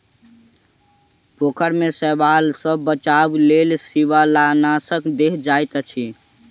पोखैर में शैवाल सॅ बचावक लेल शिवालनाशक देल जाइत अछि